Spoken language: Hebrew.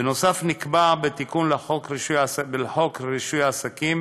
בנוסף, נקבע בתיקון לחוק רישוי עסקים